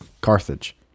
Carthage